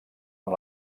amb